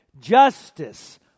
Justice